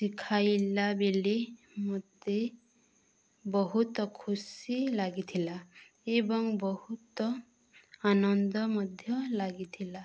ଶିଖାଇଲା ବେଳେ ମୋତେ ବହୁତ ଖୁସି ଲାଗିଥିଲା ଏବଂ ବହୁତ ଆନନ୍ଦ ମଧ୍ୟ ଲାଗିଥିଲା